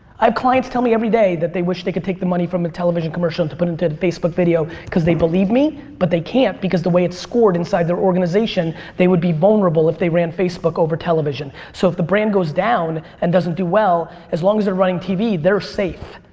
i have clients tell me every day that they wish they could take the money from a television commercial and put into facebook video cause they believe me but they can't because the way it's scored inside their organization they would be vulnerable if they ran facebook over television so if the brand goes down and doesn't do well as long as they're running tv they're safe.